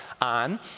on